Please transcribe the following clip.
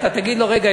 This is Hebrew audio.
אתה תגיד לו: רגע,